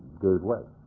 gave way.